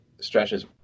stretches